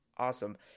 awesome